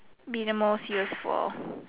be the most used for